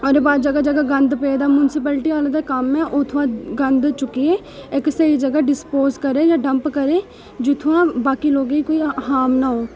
हर बा जगह् जगह् गंद पेदा म्यूनसपेलिटी आह्लें दा कम्म ऐ उत्थुआं गंद चुक्कियै इक स्हेई जगह् डिस्पोज करै जां डंप करै जित्थुआं बाकी लोकें गी कोई हार्म ना हो